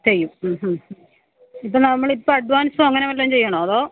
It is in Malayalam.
ചെയ്യും ഇപ്പം നമ്മളിപ്പഡ്വാന്സോ അങ്ങനെ വല്ലോം ചെയ്യണോ അതോ